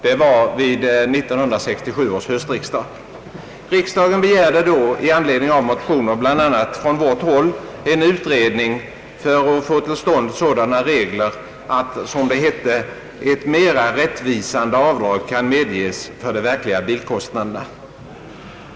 Det var vid 1967 års höstriksdag. Riksdagen begärde då i anledning av motioner bland annat från vårt håll en utredning för att få till stånd sådana regler att, som det hette, »ett mera rättvisande avdrag kan medges för de verkliga bilkostnaderna».